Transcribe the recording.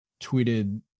tweeted